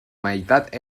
meitat